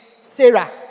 Sarah